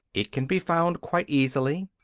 it can be found quite easily.